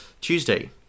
Tuesday